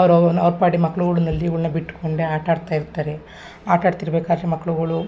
ಅವರು ಅವ್ರ ಪಾಡಿಗೆ ಮಕ್ಳುಗಳು ನಲ್ಲಿಗಳ್ನ ಬಿಟ್ಟುಕೊಂಡೇ ಆಟಾಡ್ತಾ ಇರ್ತಾರೆ ಆಟ ಆಡ್ತಾ ಇರ್ಬೇಕಾದ್ರೆ ಮಕ್ಳುಗಳು